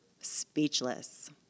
Speechless